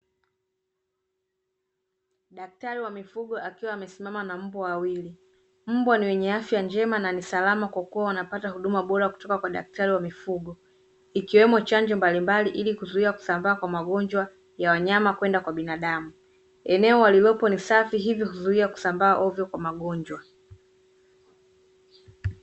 Daktari wa mifugo akiwa amesimama na mbwa wawili, mbwa ni wenye afya njema na ni salama kwa kua wanapata huduma bora toka kwa daktari wa mifugo, ikiwemo chanjo mbalimbali ili kuzuia kusambaa kwa magonjwa ya wanyama kwenda kwa binadamu. Eneo walilopo ni safi hivyo kuzuia kusambaa hovyo kwa magonjwa.